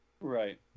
Right